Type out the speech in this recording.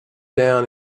down